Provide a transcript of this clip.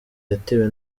yatewe